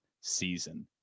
season